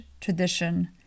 tradition